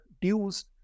dues